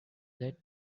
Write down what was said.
led